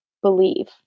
Believe